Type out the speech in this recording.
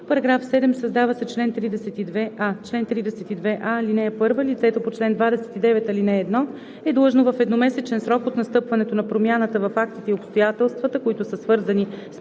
§ 7: „§ 7. Създава се чл. 32а: „Чл. 32а. (1) Лицето по чл. 29, ал. 1 е длъжно в едномесечен срок от настъпването на промяната във фактите и обстоятелствата, които са свързани с